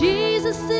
Jesus